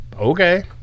okay